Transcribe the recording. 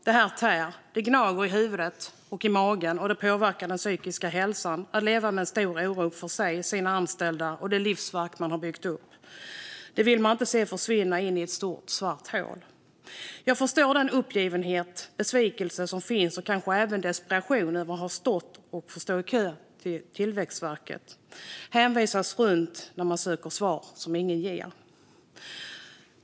Det här tär, det gnager i huvudet och i magen, och det påverkar den psykiska hälsan att leva med en stor oro för sig, sina anställda och det livsverk man har byggt upp. Det vill man inte se försvinna in i ett stort svart hål. Jag förstår den uppgivenhet och besvikelse som finns och kanske även desperation över att ha stått och få stå i kö till Tillväxtverket och hänvisas runt när man söker svar som ingen ger.